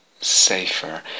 safer